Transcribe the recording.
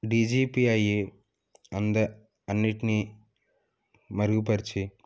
DGP అయ్యి అంద అన్నిటిని మెరుగుపరిచి